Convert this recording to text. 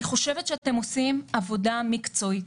אני חושבת שאתם עושים עבודה מקצועית,